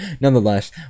Nonetheless